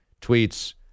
tweets